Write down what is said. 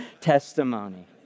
testimony